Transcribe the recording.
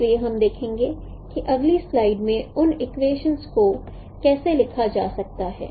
इसलिए हम देखेंगे कि अगली स्लाइड्स में उन इक्वेशनस को कैसे लिखा जा सकता है